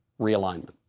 realignment